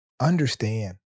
understand